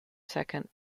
second